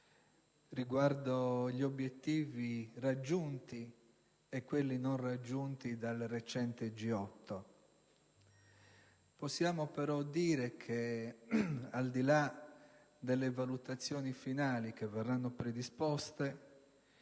degli obiettivi raggiunti e non raggiunti dal recente vertice G8. Possiamo però dire che, al di là delle valutazioni finali che verranno predisposte,